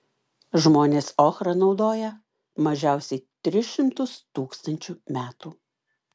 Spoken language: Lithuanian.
žmonės ochrą naudoja mažiausiai tris šimtus tūkstančių metų